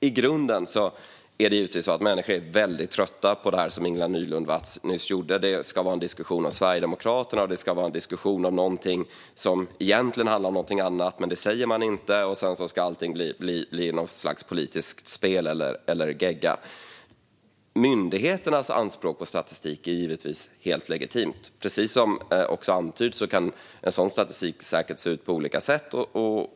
I grunden är det givetvis så att människor är väldigt trötta på det som Ingela Nylund Watz nyss gjorde. Hon förde en diskussion om Sverigedemokraterna, en diskussion som egentligen handlar om någonting annat även om man inte säger det, och gjorde allting till något slags politiskt spel eller gegga. Myndigheternas anspråk på statistik är naturligtvis helt legitimt. Precis som också antyds kan en sådan statistik säkert se ut på olika sätt.